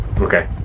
Okay